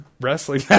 wrestling